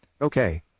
Okay